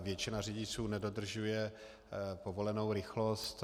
Většina řidičů nedodržuje povolenou rychlost.